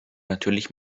natürlich